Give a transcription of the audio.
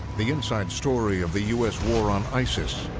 the inside story of the u s. war on isis.